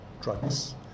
drugs